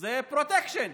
זה פרוטקשן,